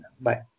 Bye